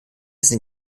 sind